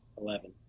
Eleven